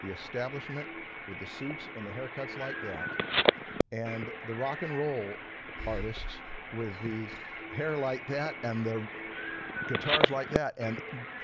the establishment with the suits and the haircuts like that and the rock-and-roll artists with the hair like that and their guitars like that and